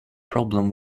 problem